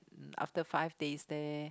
after five days then